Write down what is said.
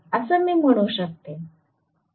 असं मी म्हणू शकते